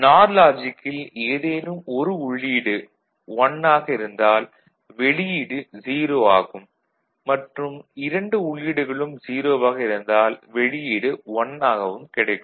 நார் லாஜிக்கில் ஏதேனும் ஒரு உள்ளீடு 1 ஆக இருந்தால் வெளியீடு 0 ஆகும் மற்றும் இரண்டு உள்ளீடுகளும் 0 ஆக இருந்தால் வெளியீடு 1 ஆகவும் கிடைக்கும்